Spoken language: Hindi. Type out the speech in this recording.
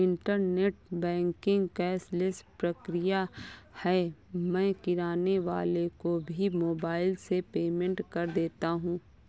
इन्टरनेट बैंकिंग कैशलेस प्रक्रिया है मैं किराने वाले को भी मोबाइल से पेमेंट कर देता हूँ